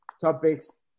Topics